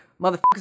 motherfuckers